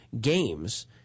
games –